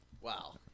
Wow